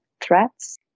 threats